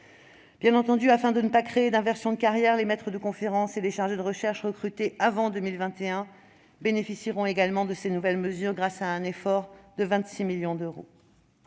Bien entendu, afin de ne pas créer d'inversion de carrière, les maîtres de conférences et les chargés de recherche recrutés avant 2021 bénéficieront également de ces nouvelles mesures, grâce à un effort supplémentaire de 26 millions d'euros.